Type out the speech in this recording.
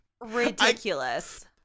ridiculous